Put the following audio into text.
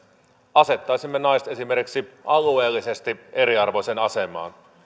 asettaisimme naiset esimerkiksi alueellisesti eriarvoiseen asemaan